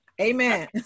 amen